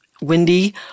windy